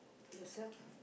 yourself